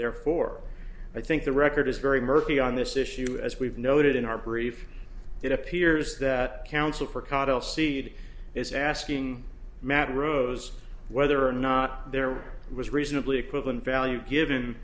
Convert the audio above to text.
therefore i think the record is very murky on this issue as we've noted in our brief it appears that counsel for cattle seed is asking matt rose whether or not there was reasonably equivalent value given